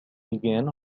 begin